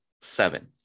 seven